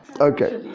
Okay